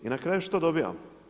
I na kraju što dobijamo?